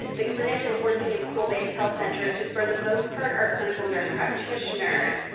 the clinicians working in school-based health centers who, for the most part, are clinical nurse practitioners.